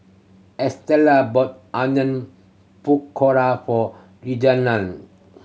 Estela bought Onion Pakora for Reginald